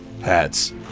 hats